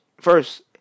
first